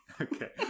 Okay